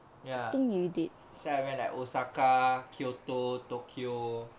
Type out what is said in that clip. ya so I went like osaka kyoto tokyo